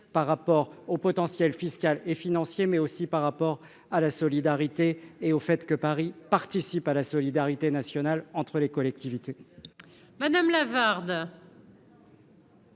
par rapport au potentiel fiscal et financier mais aussi par rapport à la solidarité et au fait que Paris participe à la solidarité nationale entre les collectivités.